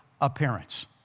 appearance